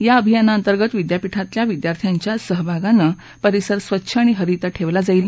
या अभियाना अंतर्गत विद्यापिठातील विद्यार्थ्यांच्या सहभागानं परिसर स्वच्छ आणि हरित ठेवला जाईल